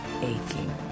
aching